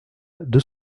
deux